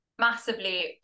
massively